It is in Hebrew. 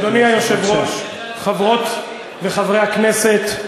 אדוני היושב-ראש, חברות וחברי הכנסת,